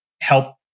help